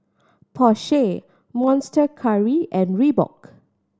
Porsche Monster Curry and Reebok